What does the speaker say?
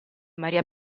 maria